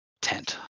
Tent